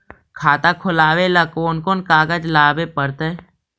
खाता खोलाबे ल कोन कोन कागज लाबे पड़तै?